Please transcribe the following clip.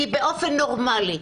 כי באופן נורמלי,